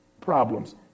problems